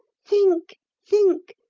think! think!